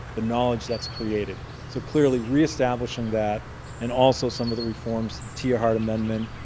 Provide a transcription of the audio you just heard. the knowledge that's created. so clearly reestablishing that and also some of the reforms to the tiahrt amendment,